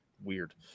weird